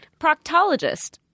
Proctologist